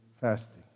fasting